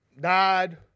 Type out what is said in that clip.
died